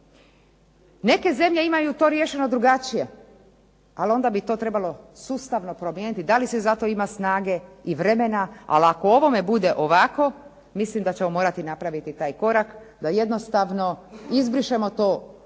Neke zemlje imaju to riješeno drugačije, ali onda bi to trebalo sustavno promijeniti. Da li se za to ima snage i vremena? Ali ako ovome bude ovako mislim da ćemo morati napraviti taj korak da jednostavno izbrišemo to načelo